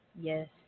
Yes